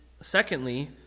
secondly